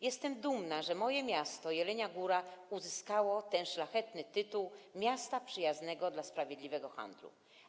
Jestem dumna, że moje miasto, Jelenia Góra, uzyskało ten szlachetny tytuł Miasto Przyjazne dla Sprawiedliwego Handlu.